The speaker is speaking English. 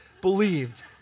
believed